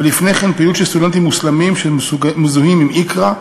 ולפני כן פעילות של סטודנטים מוסלמים שמזוהים עם "אקראא",